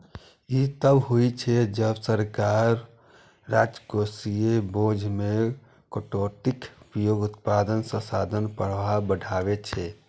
ई तब होइ छै, जब सरकार राजकोषीय बोझ मे कटौतीक उपयोग उत्पादक संसाधन प्रवाह बढ़बै छै